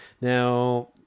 Now